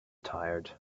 tired